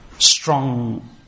Strong